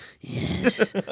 yes